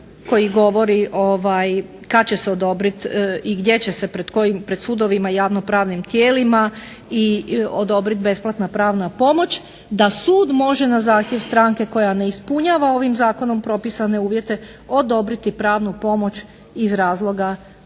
koji govori kad će se odobriti i gdje će se pred kojim, pred sudovima, javnopravnim tijelima i odobriti besplatna pravna pomoć, da sud može na zahtjev stranke koja ne ispunjava ovim zakonom propisane uvjete odobriti pravnu pomoć iz razloga